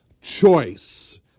choice